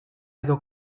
edo